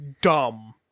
dumb